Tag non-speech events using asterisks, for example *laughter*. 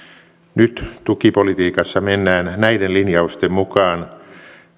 nyt tukipolitiikassa mennään näiden linjausten mukaan *unintelligible* *unintelligible*